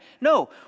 No